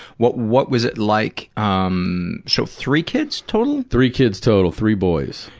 what, what was it like, um so, three kids total? three kids total. three boys.